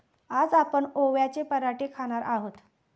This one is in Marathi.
आज आपण ओव्याचे पराठे खाणार आहोत